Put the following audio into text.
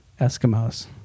Eskimos